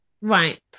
Right